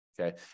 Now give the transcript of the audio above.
okay